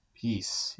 Peace